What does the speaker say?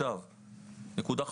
נקודה חשובה: